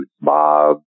Bob